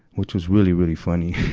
which was really, really funny.